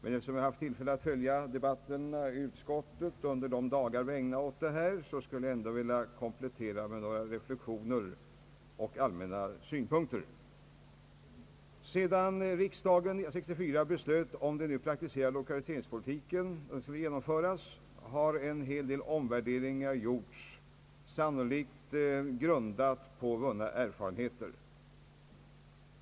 Eftersom jag har haft tillfälle följa debatten i utskottet under de dagar vi ägnat oss åt denna fråga skulle jag ändå vilja komplettera med några reflexioner och allmänna synpunkter. Sedan riksdagen 1964 beslutade den nu praktiserade lokaliseringspolitiken har en hel del omvärderingar gjorts, sannolikt grundade på vunna erfarenheter.